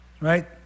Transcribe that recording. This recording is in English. Right